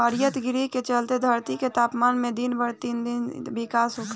हरितगृह के चलते धरती के तापमान में दिन पर दिन ज्यादे बिकास होखेला